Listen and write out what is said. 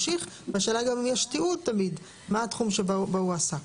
10.07.2023. אני מתכבד לפתוח את ישיבת ועדת הבריאות של הכנסת.